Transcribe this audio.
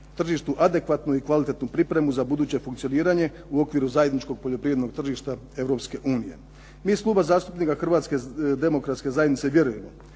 tržištu adekvatnu i kvalitetnu pripremu za buduće funkcioniranje u okviru zajedničkog poljoprivrednog tržišta Europske unije. Mi iz Kluba zastupnika Hrvatske demokratske zajednice vjerujemo